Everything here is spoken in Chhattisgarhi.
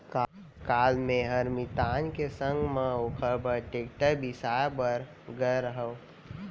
काल मैंहर मितान के संग म ओकर बर टेक्टर बिसाए बर गए रहव